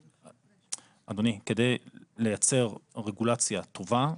אדוני, כדי לייצר רגולציה טובה,